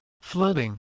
flooding